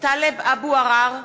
טלב אבו עראר,